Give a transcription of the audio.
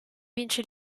vince